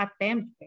attempt